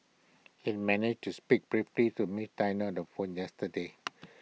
IT managed to speak briefly to miss Diana on the phone yesterday